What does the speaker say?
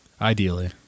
Ideally